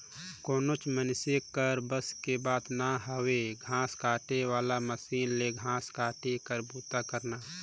कोनोच मइनसे कर बस कर बात ना हवे घांस काटे वाला मसीन ले घांस काटे कर बूता करना